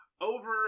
over